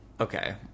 Okay